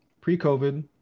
pre-covid